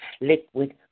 liquid